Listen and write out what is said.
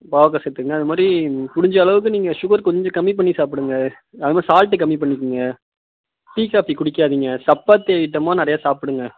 பாவக்காய் சேர்த்துக்குங்க அதுமாதிரி முடிஞ்ச அளவுக்கு நீங்கள் சுகர் கொஞ்சம் கம்மி பண்ணி சாப்பிடுங்க அதுமாதிரி சால்ட்டு கம்மி பண்ணிக்கங்க டீ காஃபி குடிக்காதீங்க சப்பாத்தி ஐட்டமாக நிறையா சாப்பிடுங்க